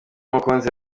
umukunzi